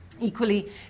Equally